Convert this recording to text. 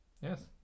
yes